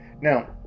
now